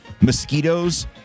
mosquitoes